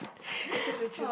you choose you choose